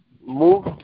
move